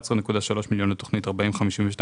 11.3 מיליון שקלים לתוכנית 40-52-01,